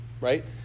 right